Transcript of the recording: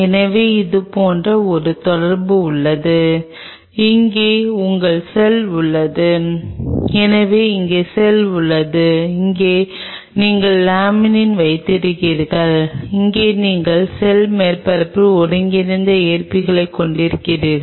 எனவே இங்கே நீங்கள் அதிக தண்ணீரைப் பயன்படுத்தவில்லை இங்கே நீங்கள் இடையகத்தைப் பயன்படுத்த வேண்டியிருக்கும் ப்ரோடீன்ஸ் மற்றும் இங்கே நீங்கள் கரைக்கும் இடையகத்தை வைத்திருக்கிறீர்கள்